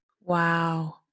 Wow